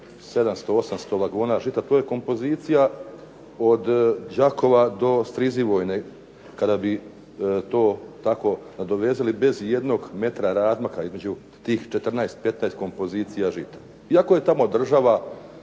700, 800 vagona žita, to je kompozicija od Đakova do STrizivojne kada bi to tako nadovezali bez ijednog metra razmaka između tih 13, 14 kompozicija žita. Iako je tamo država